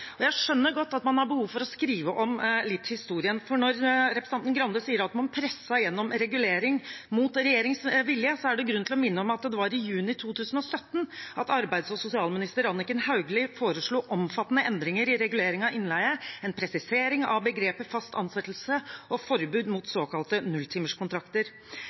Jeg skjønner godt at man har behov for å skrive om historien litt, for når representanten Grande sier at man presset igjennom regulering mot regjeringens vilje, er det grunn til å minne om at det var i juni 2017 at arbeids- og sosialminister Anniken Hauglie foreslo omfattende endringer i reguleringen av innleie, en presisering av begrepet «fast ansettelse» og forbud mot såkalte nulltimerskontrakter.